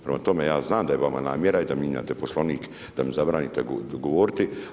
Prema tome, ja znam da je vama namjera i da mijenjate Poslovnik, da mi zabranite govoriti.